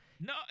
No